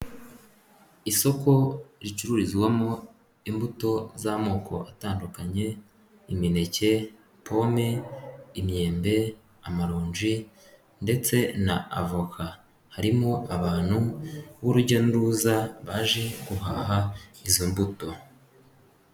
Isoko ricururizwamo imbuto z'amoko atandukanye, imineke, pome, imyembe, amaronji ndetse na avoka harimo abantu b'urujya n'uruza baje guhaha izo mbuto.